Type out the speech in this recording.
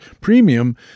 premium